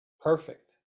perfect